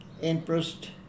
Interest